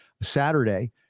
Saturday